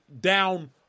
down